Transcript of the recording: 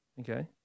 Okay